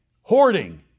hoarding